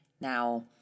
Now